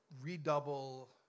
redouble